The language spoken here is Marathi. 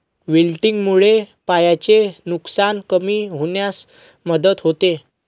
विल्टिंगमुळे पाण्याचे नुकसान कमी होण्यास मदत होते